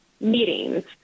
meetings